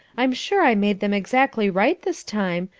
i'm sure i made them exactly right this time.